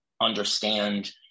understand